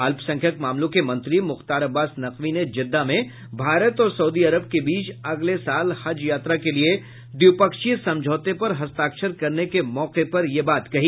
अल्पसंख्यक मामलों के मंत्री मुख्तार अब्बास नकवी ने जेद्दाह में भारत और सऊदी अरब के बीच अगले साल हज यात्रा के लिए द्विपक्षीय समझौते पर हस्ताक्षर करने के मौके पर यह बात कही